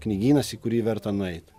knygynas į kurį verta nueit